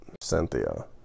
Cynthia